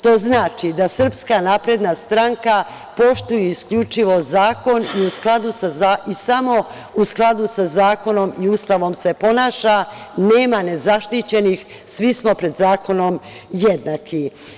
To znači da SNS poštuje isključivo zakon i samo u skladu sa zakonom i Ustavom se ponaša, nema nezaštićenih, svi smo pred zakonom jednaki.